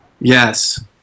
Yes